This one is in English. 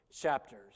chapters